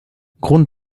grund